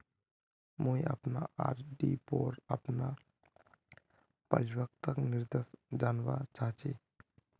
मुई अपना आर.डी पोर अपना परिपक्वता निर्देश जानवा चहची